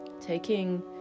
Taking